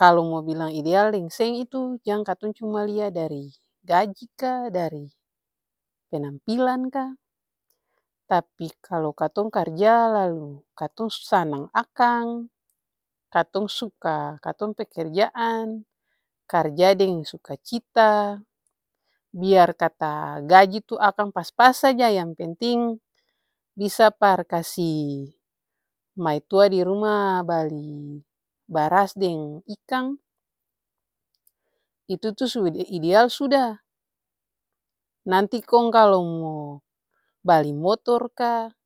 kalu mo bilang ideal deng seng itu jang katong cuma lia dari gaji ka, penampilan ka, tapi kalu katong karja lalu katong su sanang akang, katong suka katong pekerjaan, karja deng suka cita biar kata gaji akang pas-pas saja yang penting bisa par kasi maitua diruma bali baras deng ikang itu-tuh su ideal suda, nanti kong kalu mo bali motor ka.